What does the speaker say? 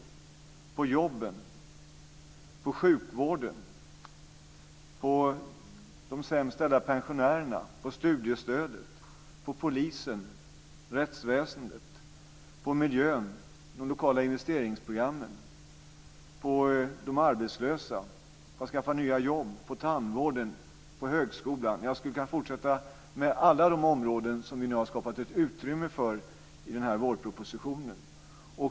Vi satsar på jobben, på sjukvården, på de sämst ställda pensionärerna, på studiestödet, på polisen, på rättsväsendet, på miljön, på de lokala investeringsprogrammen, på de arbetslösa och på att skaffa nya jobb, på tandvården och på högskolan. Jag skulle kunna fortsätta med alla de områden som vi nu har skapat ett utrymme för i denna vårproposition.